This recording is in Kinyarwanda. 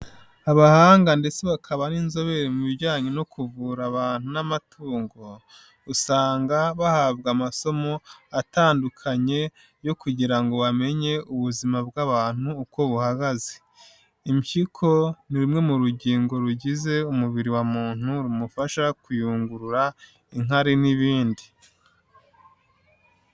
Abahanga ndetse bakaba n'inzobere mu bijyanye no kuvura abantu n'amatungo, usanga bahabwa amasomo atandukanye yo kugira ngo bamenye ubuzima bw'abantu uko buhagaze. Impyiko ni rumwe mu rugingo rugize umubiri wa muntu rumufasha kuyungurura inkari n'ibindi.